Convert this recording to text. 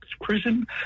prison